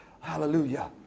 Hallelujah